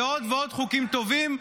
ועוד ועוד חוקים טובים,